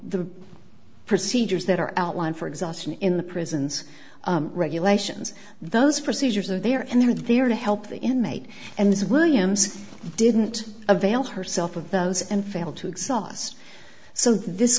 the procedures that are outlined for exhaustion in the prisons regulations those procedures are there and they're there to help the inmate and those williams didn't avail herself of those and failed to exhaust so this